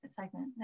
segment